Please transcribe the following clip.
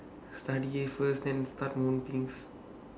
study first then start own things